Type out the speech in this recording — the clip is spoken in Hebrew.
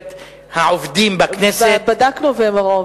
העובדים בכנסת, בדקנו, והן הרוב.